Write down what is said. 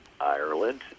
Ireland